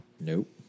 Nope